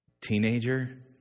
teenager